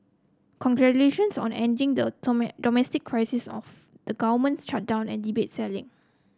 congratulations on ending the domestic crisis of the government shutdown and debt ceiling